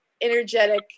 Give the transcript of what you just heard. energetic